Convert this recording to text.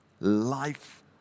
life